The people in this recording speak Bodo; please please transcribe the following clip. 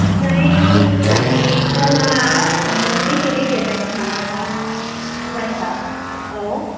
ओमफ्राय मैगं आ बेसे बेसे थाय माबाफ्रा सिकुवासा औ